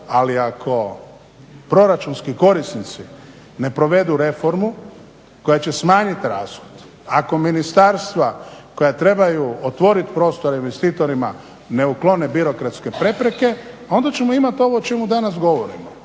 ali ako proračunski korisnici ne provedu reformu koja će smanjiti rashod, ako ministarstva koja trebaju otvoriti prostor investitorima ne uklone birokratske prepreke, onda ćemo imati ovo o čemu danas govorimo